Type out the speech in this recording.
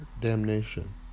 damnation